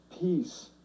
peace